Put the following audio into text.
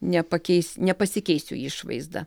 nepakeis nepasikeis jų išvaizda